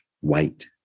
white